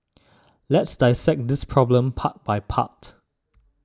let's dissect this problem part by part